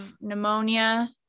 pneumonia